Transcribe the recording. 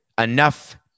enough